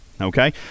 okay